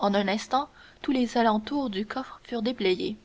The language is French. en un instant tous les alentours du coffre furent déblayés